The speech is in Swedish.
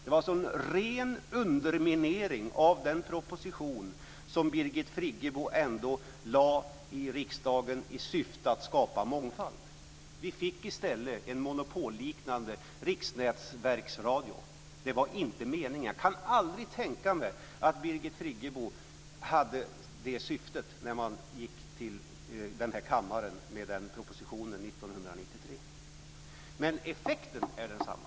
Det var alltså en ren underminering av den proposition som Birgit Friggebo lade fram i riksdagen i syfte att skapa mångfald. Vi fick i stället en monopolliknande riksnätverksradio. Det var inte meningen. Jag kan aldrig tänka mig att Birgit Friggebo hade det syftet när hon lade fram den propositionen i kammaren 1993. Men effekten är densamma.